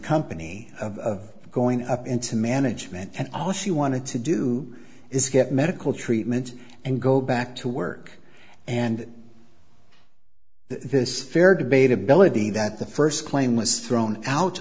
company of going up into management and all she wanted to do is get medical treatment and go back to work and this fair debate ability that the first claim was thrown out